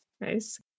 Nice